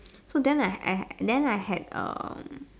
so then I I then I had um